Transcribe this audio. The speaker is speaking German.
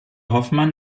hofmann